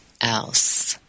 else